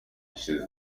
gishize